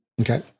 Okay